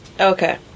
okay